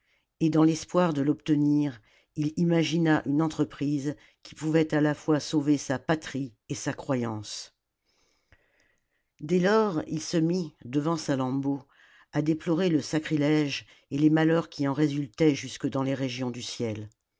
et dans l'espoir de l'obtenir il imagma une entreprise qui pouvait à la fois sauver sa patrie et sa croyance dès lors il se mit devant salammbô à déplorer le sacrilège et les malheurs qui en résultaient jusque dans les régions du ciel